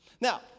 Now